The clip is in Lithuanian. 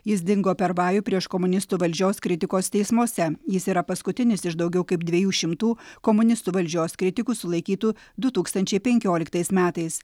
jis dingo per vajų prieš komunistų valdžios kritikos teismuose jis yra paskutinis iš daugiau kaip dviejų šimtų komunistų valdžios kritikų sulaikytų du tūkstančiai penkioliktais metais